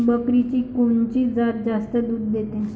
बकरीची कोनची जात जास्त दूध देते?